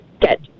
get